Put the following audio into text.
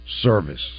service